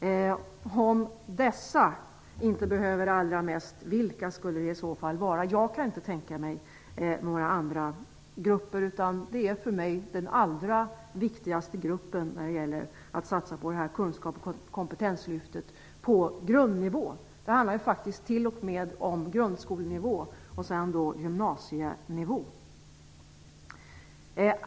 Om dessa inte behöver det allra mest, vilka skulle i så fall behöva det? Jag kan inte tänka mig några andra grupper, utan det här är för mig den allra viktigaste gruppen när det gäller att satsa på detta kunskaps och kompetenslyft på grundnivå. Det handlar t.o.m. om grundskolenivå och sedan gymnasienivå.